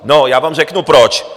No, já vám řeknu proč.